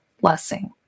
blessing